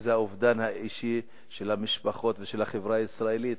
על האובדן האישי של המשפחות ושל החברה הישראלית.